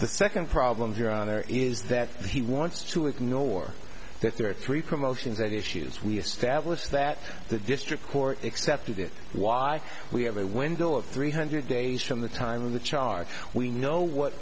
the second problem your honor is that he wants to ignore that there are three promotions that issues we establish that the district court excepted it why we have a window of three hundred days from the time of the charge we know what